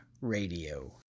Radio